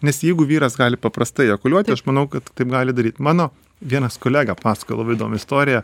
nes jeigu vyras gali paprastai ejakuliuoti aš manau kad taip gali daryt mano vienas kolega pasakojo laibai įdomią istoriją